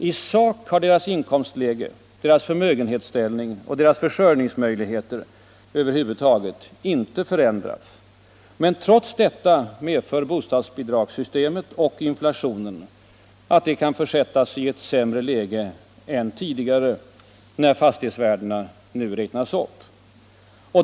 I sak har deras inkomstläge, deras förmögenhetsställning och deras försörjningsmöjligheter över huvud taget inte förändrats, men trots detta medför bostadsbidragssystemet och inflationen att de kan försättas i ett sämre läge än tidigare, när fastighetsvärdena nu räknas upp.